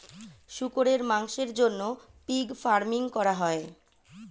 শুকরের মাংসের জন্য পিগ ফার্মিং করা হয়